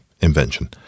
invention